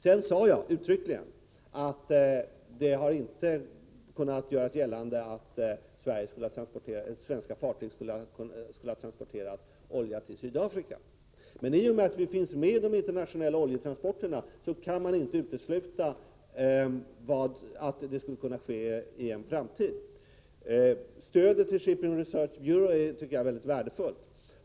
Jag sade uttryckligen att man inte har kunnat göra gällande att svenska fartyg har transporterat olja till Sydafrika. Men i och med att Sverige finns med i sammanhangen när det gäller internationella oljetransporter kan man inte utesluta att oljetransporter till Sydafrika sker i framtiden. Stödet till Shipping Research Bureau är mycket värdefullt.